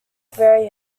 very